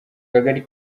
kagari